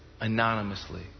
anonymously